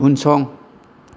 उनसं